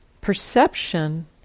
Perception